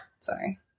Sorry